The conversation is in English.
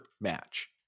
match